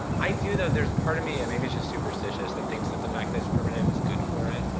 i do, though there's a part of me, and maybe it's just superstitious, that thinks that the fact that it's primitive is good for it,